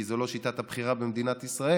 כי זו לא שיטת הבחירה במדינת ישראל,